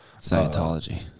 Scientology